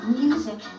music